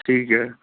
ਠੀਕ ਐ